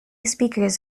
speakers